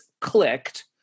clicked